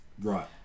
Right